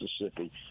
Mississippi